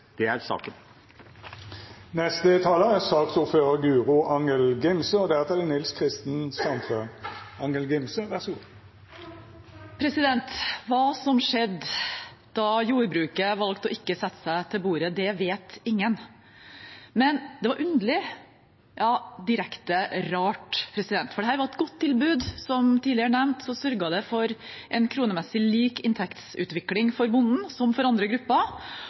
det er saken. Hva som skjedde da jordbruket valgte å ikke sette seg til bordet, vet ingen. Men det var underlig, ja, direkte rart, for dette var et godt tilbud. Som tidligere nevnt, sørget det for en kronemessig lik inntektsutvikling for bonden som for andre grupper,